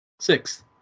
Six